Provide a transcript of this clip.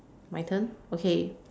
my turn okay